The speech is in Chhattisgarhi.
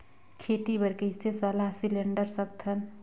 खेती बर कइसे सलाह सिलेंडर सकथन?